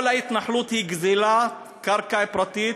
כל ההתנחלות היא גזלת קרקע פרטית,